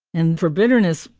and for bitterness,